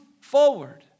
forward